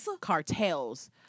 Cartels